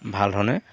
ভাল ধৰণে